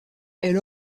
elle